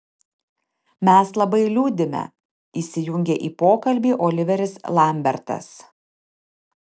mes labai liūdime įsijungė į pokalbį oliveris lambertas